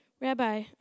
Rabbi